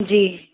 जी